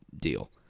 deal